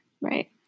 Right